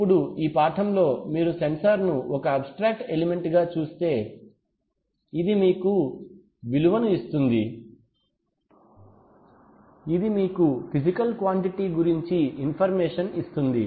ఇప్పుడు ఈ పాఠంలో మీరు సెన్సార్ను ఒక అబ్ స్ట్రాక్ట్ ఎలిమెంట్ గా చూస్తే ఇది మీకు విలువను ఇస్తుంది ఇది మీకు ఫిజికల్ క్వాంటిటీ గురించి ఇన్ఫర్మేషన్ ఇస్తుంది